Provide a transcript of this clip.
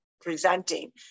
presenting